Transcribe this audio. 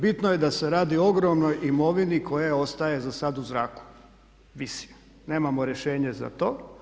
Bitno da se radi o ogromnoj imovini koja ostaje za sad u zraku, visi, nemamo rješenje za to.